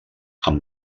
amb